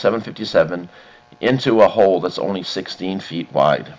seven fifty seven into a hole that's only sixteen feet wide